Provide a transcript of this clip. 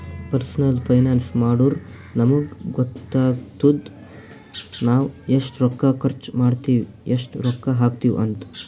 personal finance ಮಾಡುರ್ ನಮುಗ್ ಗೊತ್ತಾತುದ್ ನಾವ್ ಎಸ್ಟ್ ರೊಕ್ಕಾ ಖರ್ಚ್ ಮಾಡ್ತಿವಿ, ಎಸ್ಟ್ ರೊಕ್ಕಾ ಹಾಕ್ತಿವ್ ಅಂತ್